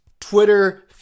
Twitter